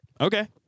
Okay